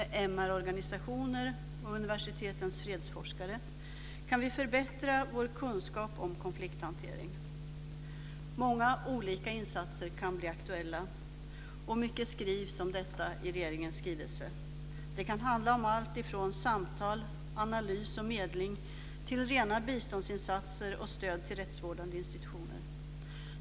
organisationer och med universitetens fredsforskare kan vi förbättra vår kunskap om konflikthantering. Många olika insatser kan bli aktuella, och mycket skrivs om detta i regeringens skrivelse. Det kan handla om alltifrån samtal, analys och medling till rena biståndsinstatser och stöd till rättsvårdande institutioner.